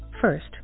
First